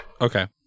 Okay